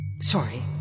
Sorry